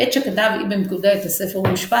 בעת שכתב אבן פקודה את הספר הוא הושפע